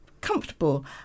comfortable